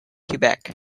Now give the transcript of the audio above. quebec